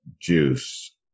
juice